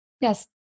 Yes